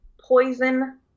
poison